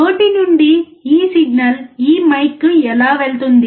నోటి నుండి ఈ సిగ్నల్ ఈ మైక్కి ఎలా వెళ్తుంది